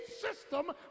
system